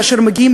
כאשר הם מגיעים,